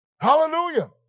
Hallelujah